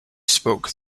spoke